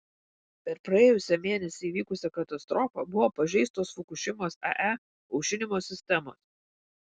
per praėjusį mėnesį įvykusią katastrofą buvo pažeistos fukušimos ae aušinimo sistemos